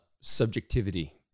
subjectivity